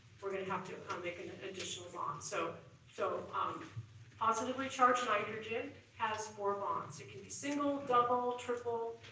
we're gonna have to make an additional bond. so so um positively charged nitrogen has four bonds. it can be single, double, triple,